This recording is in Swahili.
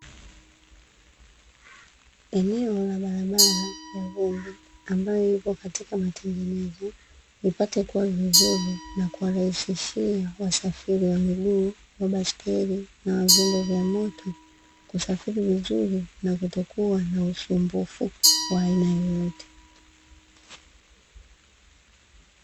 Eneo la barabara ya vumbi, ambayo iko katika matengenezo, ipate kuwa vizuri na kuwarahisishia wasafiri wa miguu, wa baiskeli na wa vyombo vya moto, kusafiri vizuri na kutokuwa na usumbufu wa aina yoyote.